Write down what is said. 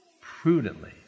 prudently